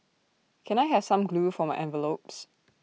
can I have some glue for my envelopes